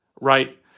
right